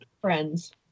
friends